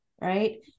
right